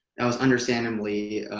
that was understandably